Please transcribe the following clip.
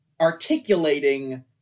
articulating